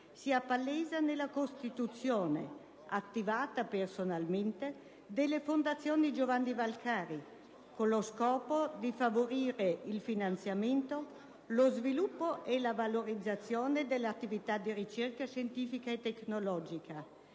si appalesa nella costituzione, attivata personalmente, della Fondazione Giovanni Valcavi, con lo scopo di favorire il finanziamento, lo sviluppo e la valorizzazione dell'attività di ricerca scientifica e tecnologica